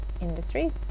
industries